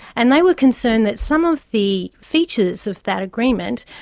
and they were concerned that some of the features of that agreement,